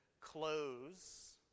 close